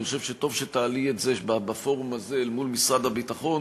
אני חושב שטוב שתעלי את זה בפורום הזה מול משרד הביטחון.